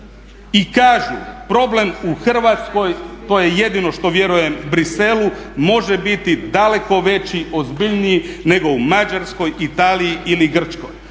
i kažu problem u Hrvatskoj, to je jedino što vjerujem Bruxellesu, može biti daleko veći, ozbiljniji nego u Mađarskoj, Italiji ili Grčkoj.